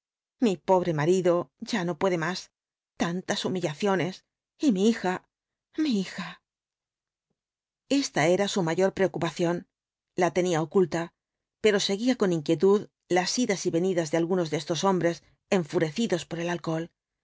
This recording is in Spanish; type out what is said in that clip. mi pobre marido ya no puede más tantas humillaciones y mi hija mi hija esta era su mayor preocupación la tenía oculta pero seguía con inquietud las idas y venidas de algunos de estos hombres enfurecidos por el alcohol